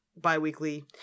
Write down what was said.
bi-weekly